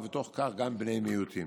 ובתוך כך גם בני מיעוטים.